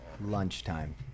lunchtime